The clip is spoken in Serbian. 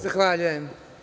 Zahvaljujem.